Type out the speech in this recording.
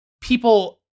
people